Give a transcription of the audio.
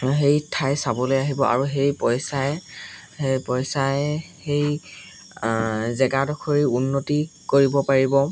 সেই ঠাই চাবলৈ আহিব আৰু সেই পইচাই সেই পইচাই সেই জেগাডোখৰ উন্নতি কৰিব পাৰিব